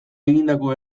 egindako